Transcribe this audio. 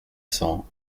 cents